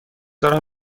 دارم